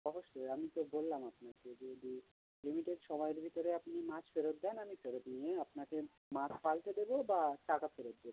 অবশ্যই আমি তো বললাম আপনাকে যে যদি লিমিটেড সময়ের ভিতরে আপনি মাছ ফেরত দেন আমি ফেরত নিয়েই আপনাকে মাছ পালটে দেবো বা টাকা ফেরত দিয়ে দেবো